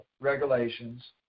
regulations